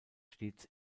stets